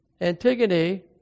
Antigone